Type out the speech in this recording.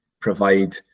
provide